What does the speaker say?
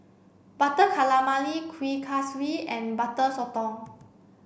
butter calamari Kuih Kaswi and Butter Sotong